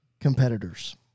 competitors